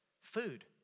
Food